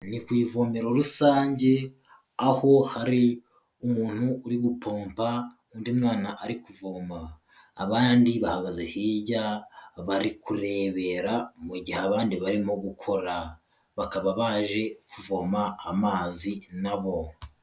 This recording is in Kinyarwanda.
Ni ku ivomero rusange aho hari umuntu uri gupompa undi mwana ari kuvoma, abandi bahagaze hirya bari kurebera mu gihe abandi barimo gukora, bakaba baje kuvoma amazi na bo.